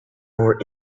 more